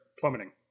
plummeting